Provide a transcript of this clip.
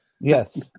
Yes